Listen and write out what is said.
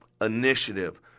initiative